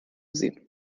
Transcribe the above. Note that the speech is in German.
sie